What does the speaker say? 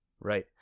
Right